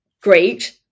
great